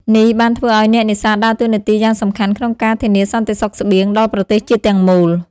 នេះបានធ្វើឲ្យអ្នកនេសាទដើរតួនាទីយ៉ាងសំខាន់ក្នុងការធានាសន្តិសុខស្បៀងដល់ប្រទេសជាតិទាំងមូល។